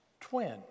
twin